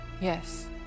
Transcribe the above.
Yes